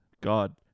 god